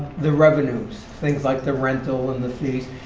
the revenues, things like the rental and the fees,